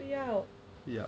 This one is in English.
不要